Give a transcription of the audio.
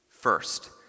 First